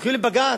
הולכים לבג"ץ.